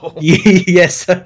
Yes